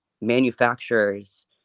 manufacturers